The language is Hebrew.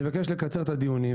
נבקש לקצר את הדיונים,